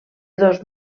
dos